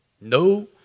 No